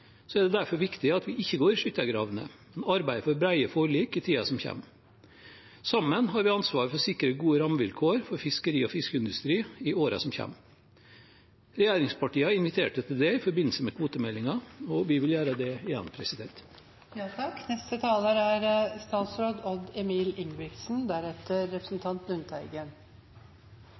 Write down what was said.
er det derfor viktig at vi ikke går i skyttergraven, men arbeider for brede forlik i tiden som kommer. Sammen har vi ansvar for å sikre gode rammevilkår for fiskeri- og fiskeindustri i årene som kommer. Regjeringspartiene inviterte til det i forbindelse med kvotemeldingen, og vi vil gjøre det igjen.